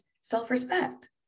self-respect